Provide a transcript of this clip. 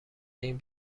این